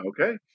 Okay